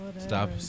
Stop